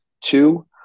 Two